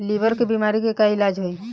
Liver के बीमारी के का इलाज होई?